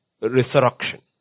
resurrection